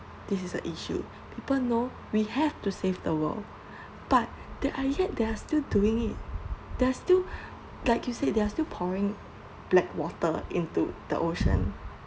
this is an issue people know we have to save the world but that are yet they're still doing it they are still like you said they're still pouring black water into the ocean